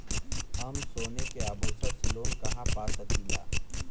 हम सोने के आभूषण से लोन कहा पा सकीला?